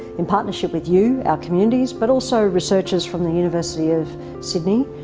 in partnership with you, our communities, but also researchers from the university of sydney,